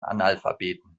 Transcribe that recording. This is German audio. analphabeten